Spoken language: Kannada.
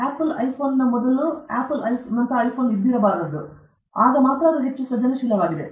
ಆಪಲ್ ಐಫೋನ್ನ ಮುಂಚೆಯೇ ಐಫೋನ್ ಇರಬಾರದು ಆಗ ಅದು ಹೆಚ್ಚು ಸೃಜನಶೀಲವಾಗಿದೆ